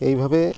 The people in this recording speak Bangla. এইভাবে